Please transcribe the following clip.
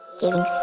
giving